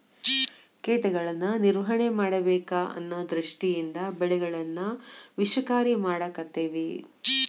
ಕೇಟಗಳನ್ನಾ ನಿರ್ವಹಣೆ ಮಾಡಬೇಕ ಅನ್ನು ದೃಷ್ಟಿಯಿಂದ ಬೆಳೆಗಳನ್ನಾ ವಿಷಕಾರಿ ಮಾಡಾಕತ್ತೆವಿ